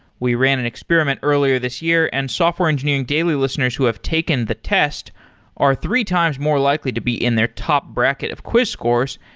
we ran an experiment earlier this year and software engineering daily listeners who have taken the test are three times more likely to be in their top bracket of quiz scores.